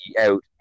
out